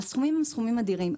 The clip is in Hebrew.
הסכומים הם סכומים אדירים.